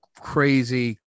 crazy